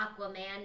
Aquaman